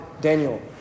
Daniel